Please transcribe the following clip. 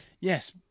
Yes